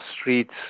streets